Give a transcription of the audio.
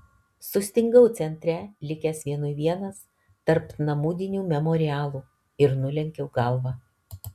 sustingau centre likęs vienui vienas tarp namudinių memorialų ir nulenkiau galvą